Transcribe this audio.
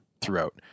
Throughout